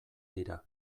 dira